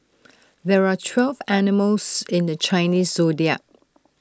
there are twelve animals in the Chinese Zodiac